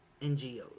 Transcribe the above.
NGOs